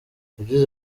yagize